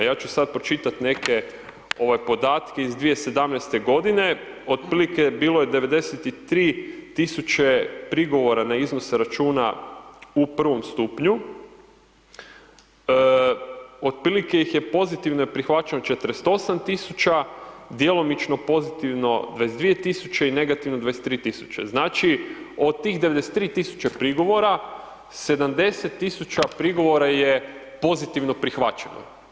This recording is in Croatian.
Ja ću sad pročitat neke podatke ovaj iz 2017. godine, otprilike bilo je 93.000 prigovora na iznose računa u prvom stupnju, od prilike ih je pozitivno prihvaćeno 48.000, djelomično pozitivno 22.000 i negativno 23.000, znači od tih 93.000 prigovora, 70.000 prigovora je pozitivno prihvaćeno.